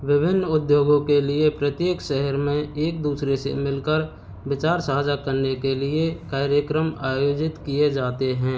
विभिन्न उद्योगों के लिए प्रत्येक शहर में एक दूसरे से मिल कर विचार साझा करने के कार्यक्रम आयोजित किए जाते हैं